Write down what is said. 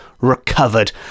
recovered